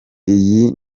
iyi